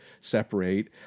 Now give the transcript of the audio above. separate